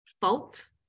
fault